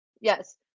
Yes